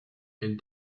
elle